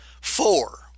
Four